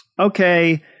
okay –